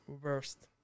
worst